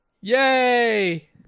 Yay